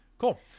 Cool